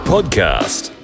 Podcast